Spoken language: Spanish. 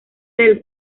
del